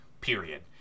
period